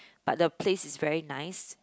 but the place is very nice